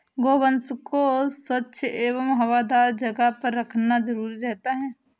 गोवंश को स्वच्छ एवं हवादार जगह पर रखना जरूरी रहता है